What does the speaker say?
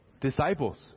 disciples